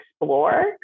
explore